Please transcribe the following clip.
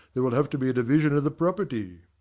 there will have to be a division of the property.